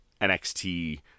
NXT